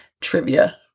trivia